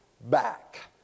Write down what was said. back